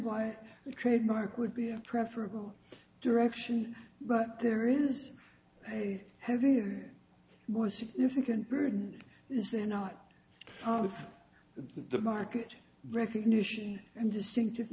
why trademark would be preferable direction but there is a heavier more significant burden is there not part of the market recognition and distinctive